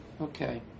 Okay